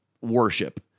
worship